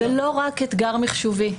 זה לא רק אתגר מחשובי,